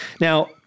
Now